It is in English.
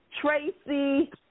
tracy